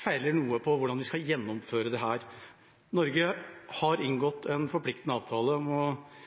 feiler noe på hvordan vi skal gjennomføre dette. Norge har inngått en forpliktende avtale, Parisavtalen, vi har knyttet oss til internasjonalt samarbeid, og EU er en pådriver for å